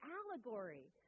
allegory